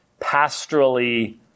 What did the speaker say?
pastorally